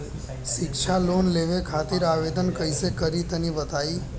शिक्षा लोन लेवे खातिर आवेदन कइसे करि तनि बताई?